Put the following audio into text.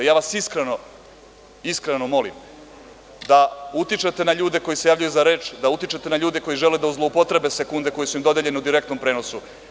vas iskreno, iskreno molim da utičete na ljude koji se javljaju za reč, da utičete na ljude koji žele da zloupotrebe sekunde koje su im dodeljene u direktnom prenosu.